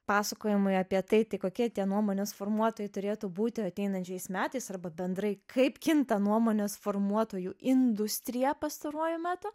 pasakojimui apie tai tai kokie tie nuomonės formuotojai turėtų būti ateinančiais metais arba bendrai kaip kinta nuomonės formuotojų industrija pastaruoju metu